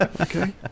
Okay